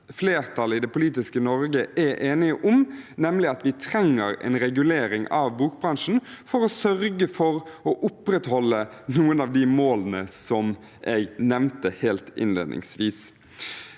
flertall i det politiske Norge er enige om, nemlig at vi trenger en regulering av bokbransjen for å sørge for å opprettholde noen av de målene jeg nevnte helt innledningsvis.